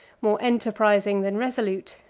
more enterprising than resolute,